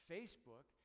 Facebook